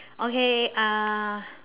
okay uh